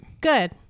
good